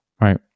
right